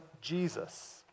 Jesus